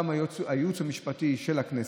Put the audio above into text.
גם הייעוץ המשפטי של הכנסת,